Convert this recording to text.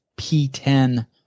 P10